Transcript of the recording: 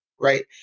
right